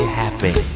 happy